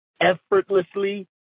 effortlessly